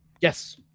Yes